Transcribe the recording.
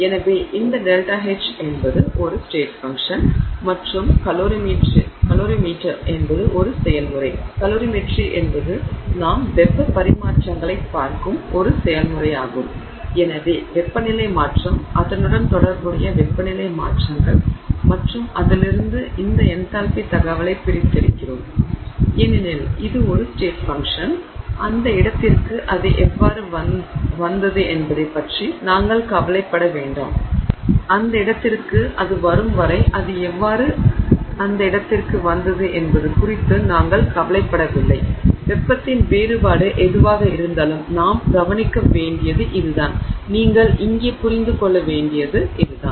எனவே இந்த ΔH என்பது ஒரு ஸ்டேட் ஃபங்ஷன் மற்றும் கலோரிமீட்டர் என்பது ஒரு செயல்முறை கலோரிமீட்டரி என்பது நாம் வெப்பப் பரிமாற்றங்களைப் பார்க்கும் ஒரு செயல்முறையாகும் எனவே வெப்பநிலை மற்றும் அதனுடன் தொடர்புடைய வெப்பநிலை மாற்றங்கள் மற்றும் அதிலிருந்து இந்த என்தால்பி தகவலைப் பிரித்தெடுக்கிறோம் ஏனெனில் இது ஒரு ஸ்டேட் ஃபங்ஷன் அந்த இடத்திற்கு அது எவ்வாறு வந்தது என்பதைப் பற்றி நாங்கள் கவலைப்பட வேண்டாம் அந்த இடத்திற்கு அது வரும் வரை அது எவ்வாறு அந்த இடத்திற்கு வந்தது என்பது குறித்து நாங்கள் கவலைப்படவில்லை வெப்பத்தின் வேறுபாடு எதுவாக இருந்தாலும் நாம் கவனிக்க வேண்டியது இதுதான் நீங்கள் இங்கே புரிந்து கொள்ள வேண்டியது இதுதான்